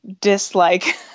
dislike